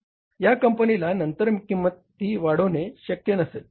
या कंपनीला नंतर किंमत वाढविणे शक्य नसेल